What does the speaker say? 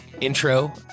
intro